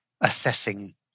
assessing